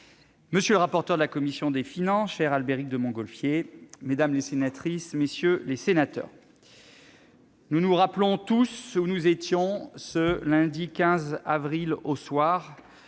monsieur le rapporteur pour avis de la commission des finances, cher Albéric de Montgolfier, mesdames les sénatrices, messieurs les sénateurs, nous nous rappelons tous où nous étions, le lundi 15 avril au soir,